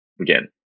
again